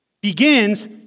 begins